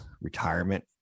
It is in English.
retirement